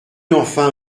enfin